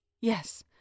Yes